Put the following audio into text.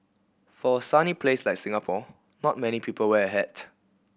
for a sunny place like Singapore not many people wear a hat